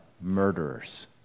murderers